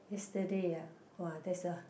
yesterday ya !wah! there's a